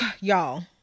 Y'all